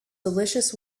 delicious